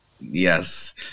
Yes